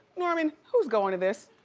norman, who's goin' to this?